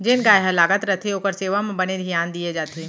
जेन गाय हर लागत रथे ओकर सेवा म बने धियान दिये जाथे